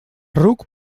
ruc